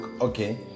okay